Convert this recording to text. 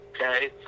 okay